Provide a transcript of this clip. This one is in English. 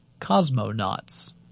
Cosmonauts